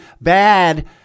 bad